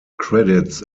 credits